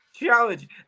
challenge